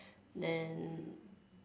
then